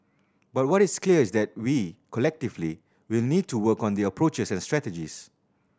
but what is clear is that we collectively will need to work on the approaches and strategies